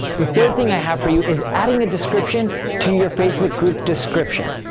the third thing i have for you is adding a description to your facebook group description.